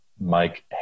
Mike